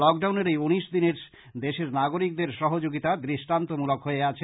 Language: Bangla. লকডাউনের এই উনিশ দিনে দেশের নাগরিকদের সহযোগিতা দৃষ্টান্তমূলক হয়ে আছে